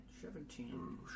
seventeen